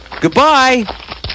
Goodbye